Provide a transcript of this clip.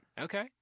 Okay